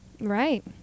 Right